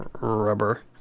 rubber